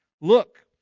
Look